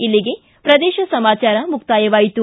ಇಲ್ಲಿಗೆ ಪ್ರದೇಶ ಸಮಾಚಾರ ಮುಕ್ತಾಯವಾಯಿತು